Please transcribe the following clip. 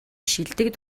шилдэг